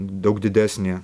daug didesnė